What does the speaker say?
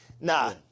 Nah